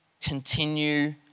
continue